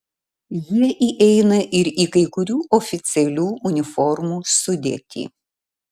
jie įeina ir į kai kurių oficialių uniformų sudėtį